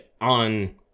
on